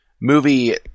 Movie